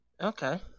Okay